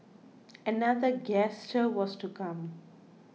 another gesture was to come